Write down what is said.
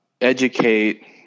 educate